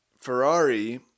Ferrari